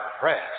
press